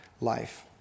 life